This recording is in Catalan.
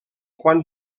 quan